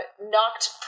knocked